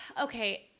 Okay